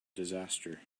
disaster